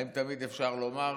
האם תמיד אפשר לומר